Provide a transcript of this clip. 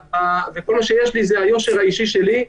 וכל מה שיש לי זה היושר האישי שלי.